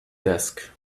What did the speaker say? desk